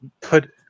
put